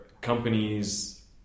companies